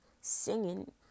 singing